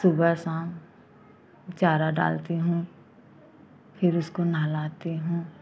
सुबह शाम चारा डालती हूँ फिर उसको नहलाती हूँ